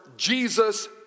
Jesus